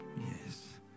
Yes